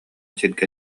сиргэ